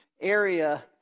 area